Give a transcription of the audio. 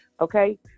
Okay